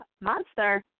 monster